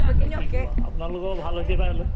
এতিয়া কি ক'ব আপোনালোকৰ ভাল হৈছে